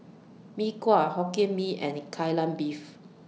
Mee Kuah Hokkien Mee and Kai Lan Beef